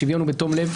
בשוויון ובתום לב,